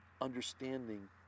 understanding